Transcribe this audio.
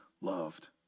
loved